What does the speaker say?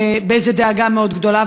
באיזו דאגה מאוד גדולה,